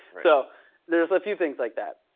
so there's a few things like that.